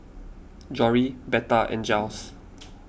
Jory Betha and Jiles